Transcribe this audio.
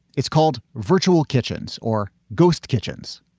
it's called virtual kitchens or ghost kitchens.